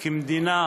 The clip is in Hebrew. כמדינה